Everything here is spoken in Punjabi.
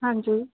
ਹਾਂਜੀ